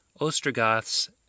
Ostrogoths